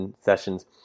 sessions